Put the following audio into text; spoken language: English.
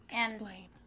explain